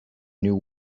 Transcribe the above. new